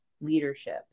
leadership